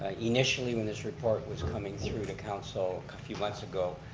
ah initially when this report was coming through to counsel a few months ago,